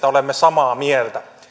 olemme samaa mieltä